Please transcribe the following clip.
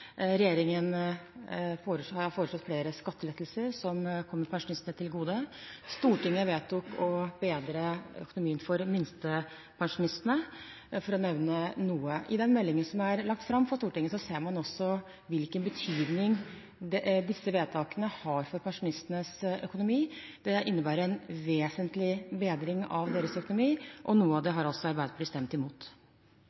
har foreslått flere skattelettelser som kommer pensjonistene til gode. Stortinget vedtok å bedre økonomien for minstepensjonistene, for å nevne noe. I meldingen som er lagt fram for Stortinget, ser man også hvilken betydning disse vedtakene har for pensjonistenes økonomi. Det innebærer en vesentlig bedring av deres økonomi, og noe av det